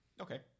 okay